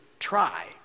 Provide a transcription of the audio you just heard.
Try